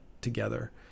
together